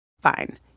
Fine